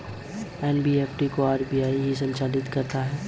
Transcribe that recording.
NEFT को RBI ही संचालित करता है